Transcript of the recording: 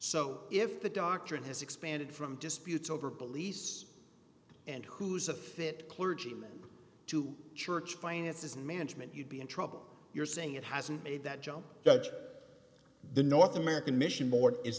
so if the doctrine has expanded from disputes over beliefs and who's a fit clergyman to church finances and management you'd be in trouble you're saying it hasn't made that joe the north american mission